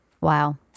Wow